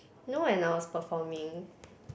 you know when I was performing